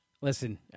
Listen